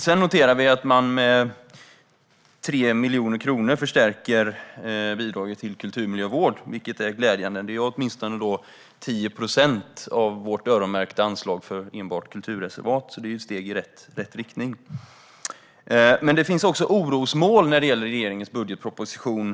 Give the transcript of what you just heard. Vi noterar att man med 3 miljoner kronor förstärker bidraget till kulturmiljövård, vilket är glädjande. Det är åtminstone 10 procent av vårt öronmärkta anslag för enbart kulturreservat. Det är ett steg i rätt riktning. Det finns också orosmoln när det gäller regeringens budgetproposition.